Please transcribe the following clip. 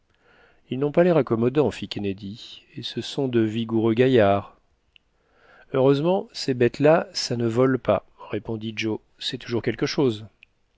ils n'ont pas l'air accommodant fit kennedy et ce sont de vigoureux gaillards heureusement ces bêtes-là ça ne vole pas répondit joe c'est toujours quelque chose